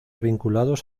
vinculados